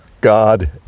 God